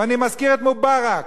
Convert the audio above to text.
ואני מזכיר את מובארק,